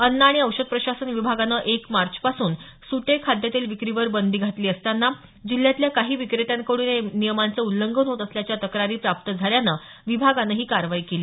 अन्न आणि औषध प्रशासन विभागाने एक मार्चपासून सुटे खाद्यतेल विक्रीवर बंदी घातली असताना जिल्ह्यातल्या काही विक्रेत्यांकडून या नियमाच उल्लंघन होत असल्याच्या तक्रारी प्राप्त झाल्यानं विभागानं ही कारवाई केली